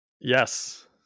yes